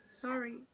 Sorry